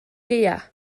gaeaf